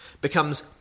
becomes